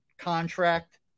Contract